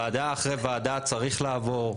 ועדה אחרי ועדה צריך לעבור,